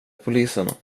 polisen